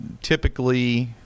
typically